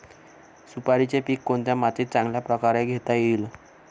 सुपारीचे पीक कोणत्या मातीत चांगल्या प्रकारे घेता येईल?